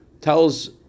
tells